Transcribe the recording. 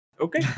okay